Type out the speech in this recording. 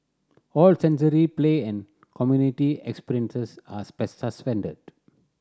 all sensory play and community experiences are suspended